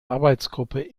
arbeitsgruppe